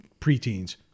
preteens